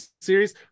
series